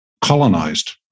colonized